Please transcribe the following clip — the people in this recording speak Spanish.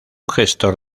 gestor